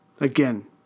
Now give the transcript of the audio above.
again